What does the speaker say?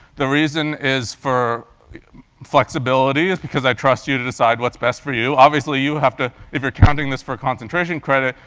the reason is for flexibility, is because i trust you to decide what's best for you. obviously you have to if you're counting this for concentration credit,